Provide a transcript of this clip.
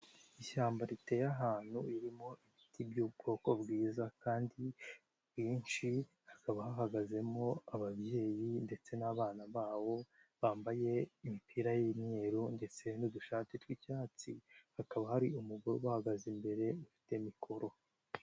Ishyamba riteye ahantu ririmo ibiti by'ubwoko bwiza kandi bwinshi, hakaba hahagazemo ababyeyi ndetse n'abana babo bambaye imipira y'imweru ndetse n'udushati tw'icyatsi hakaba hari umugore ubahagaze imbere ufite mikoro.